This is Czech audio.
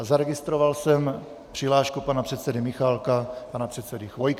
Zaregistroval jsem přihlášku pana předsedy Michálka a pana předsedy Chvojky.